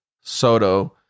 Soto